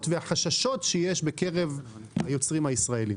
והחששות שיש בקרב היוצרים הישראלים.